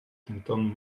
denton